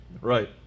Right